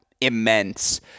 immense